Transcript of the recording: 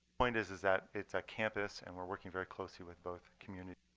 point is is that it's a campus, and we're working very closely with both community